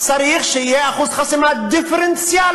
צריך להיות אחוז חסימה דיפרנציאלי.